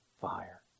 fire